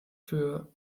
für